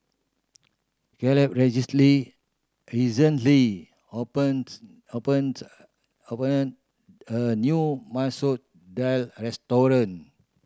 Caleb recently opens opened open a new Masoor Dal restaurant